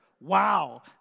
wow